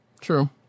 true